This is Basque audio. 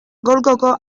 golkoko